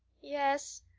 yes,